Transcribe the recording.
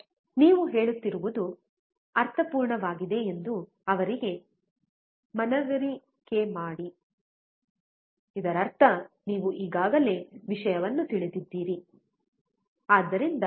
ನೀವು ಹೇಳುತ್ತಿರುವುದು ಅರ್ಥಪೂರ್ಣವಾಗಿದೆ ಎಂದು ಅವನಿಗೆ ಮನವರಿಕೆಯಾದರೆ ಇದರರ್ಥ ನೀವು ಈಗಾಗಲೇ ವಿಷಯವನ್ನು ತಿಳಿದಿದ್ದೀರಿ